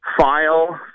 file